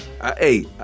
Hey